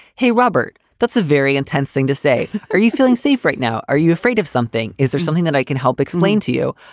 hey, robert, that's a very intense thing to say. are you feeling safe right now? are you afraid of something? is there something that i can help explain to you?